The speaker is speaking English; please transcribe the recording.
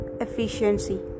efficiency